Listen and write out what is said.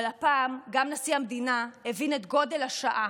אבל הפעם גם נשיא המדינה הבין את גודל השעה